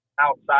outside